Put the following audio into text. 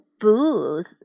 booth